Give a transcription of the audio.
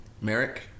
Merrick